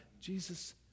Jesus